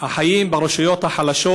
לאלה החיים ברשויות החלשות.